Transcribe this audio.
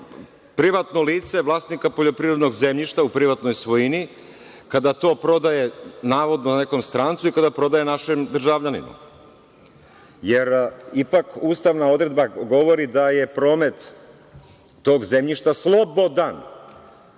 privatno lice, vlasnika poljoprivrednog zemljišta u privatnoj svojini, kada to prodaje, navodno, nekom strancu i kada prodaje našem državljaninu. Jer, ipak, ustavna odredba govori da je promet tog zemljišta slobodan,